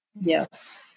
yes